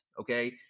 Okay